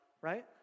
right